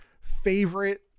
favorite